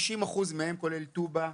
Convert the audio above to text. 50% מהם כולל טובא,